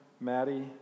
Maddie